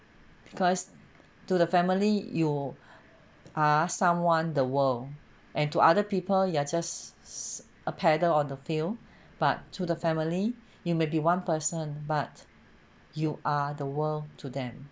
because to the family you are someone the world and to other people you are just a paddle on the field but to the family you may be one person but you are the world to them